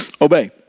Obey